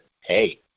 hey